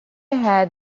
had